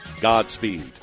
Godspeed